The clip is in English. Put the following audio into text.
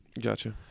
Gotcha